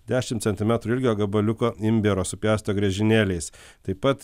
dešim centimetrų ilgio gabaliuko imbiero supjaustyto griežinėliais taip pat